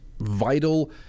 vital